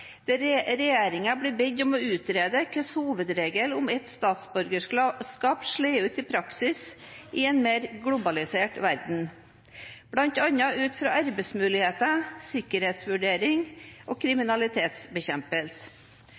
blir bedt om å utrede hvordan hovedregelen om ett statsborgerskap slår ut i praksis i en mer globalisert verden, bl.a. ut fra arbeidsmuligheter, sikkerhetsvurderinger og kriminalitetsbekjempelse.